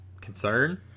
concern